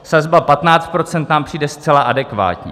Sazba 15 % nám přijde zcela adekvátní.